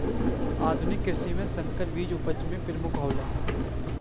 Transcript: आधुनिक कृषि में संकर बीज उपज में प्रमुख हौला